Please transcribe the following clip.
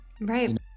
Right